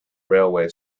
railway